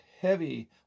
heavy